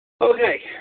Okay